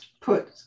put